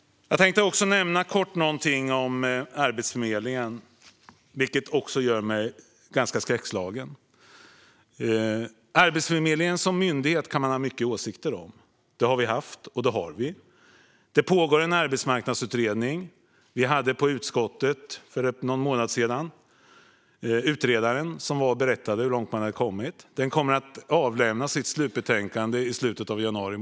Jag tänkte också kort nämna någonting om Arbetsförmedlingen, något som också gör mig ganska skräckslagen. Arbetsförmedlingen som myndighet kan man ha många åsikter om. Det har vi haft, och det har vi. Det pågår en arbetsmarknadsutredning. I utskottet för någon månad sedan hade vi utredaren, som berättade hur långt man hade kommit. Slutbetänkandet kommer att avlämnas i slutet av januari.